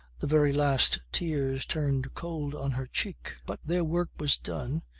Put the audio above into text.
the very last tears turned cold on her cheek. but their work was done.